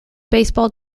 baseball